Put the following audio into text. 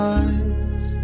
eyes